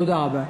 תודה רבה.